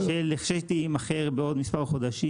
שתימכר בעוד מספר חודשים.